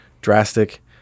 drastic